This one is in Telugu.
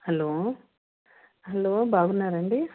హలో హలో బాగున్నారా అండి